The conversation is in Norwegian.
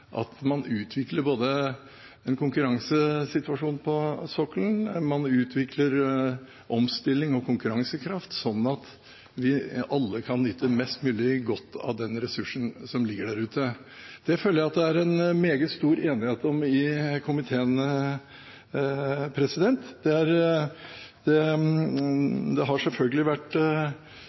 at man utvikler både en konkurransesituasjon på sokkelen og omstilling og konkurransekraft, sånn at vi alle kan nyte mest mulig godt av den ressursen som ligger der ute. Det føler jeg at det er meget stor enighet om i komiteen. Det har selvfølgelig vært diskutert om noen aktører har altfor mye makt, det er